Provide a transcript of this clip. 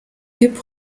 hip